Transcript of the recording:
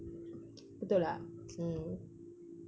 betul tak mm